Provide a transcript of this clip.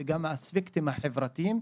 וגם האספקטים החברתיים.